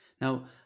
Now